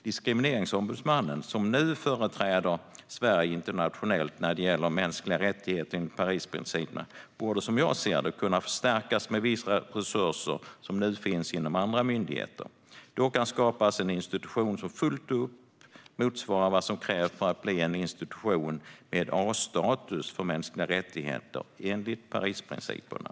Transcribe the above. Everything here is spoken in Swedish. Diskrimineringsombudsmannen, som nu företräder Sverige internationellt när det gäller mänskliga rättigheter, enligt Parisprinciperna, borde som jag ser det kunna förstärkas med vissa resurser som nu finns inom andra myndigheter. Det kan då skapas en institution som fullt ut motsvarar vad som krävs för att bli en institution med A-status för mänskliga rättigheter enligt Parisprinciperna.